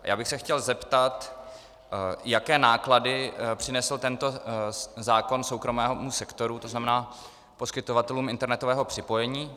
Já bych se chtěl zeptat, jaké náklady přinesl tento zákon soukromému sektoru, to znamená poskytovatelům internetového připojení.